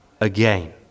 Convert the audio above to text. again